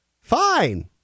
fine